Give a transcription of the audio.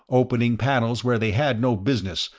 opening panels where they had no business,